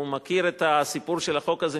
והוא מכיר את הסיפור של החוק הזה,